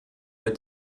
wird